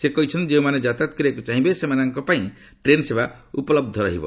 ସେ କହିଛନ୍ତି ଯେଉଁମାନେ ଯାତାୟତ କରିବାକୁ ଚାହିଁବେ ସେମାନଙ୍କ ପାଇଁ ଟ୍ରେନ୍ ସେବା ଉପଲହ୍ଧ ରହିବ